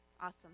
Awesome